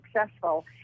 successful